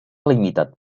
limitat